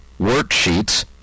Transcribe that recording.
worksheets